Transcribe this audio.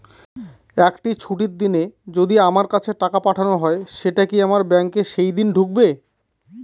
একটি ছুটির দিনে যদি আমার কাছে টাকা পাঠানো হয় সেটা কি আমার ব্যাংকে সেইদিন ঢুকবে?